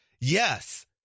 Yes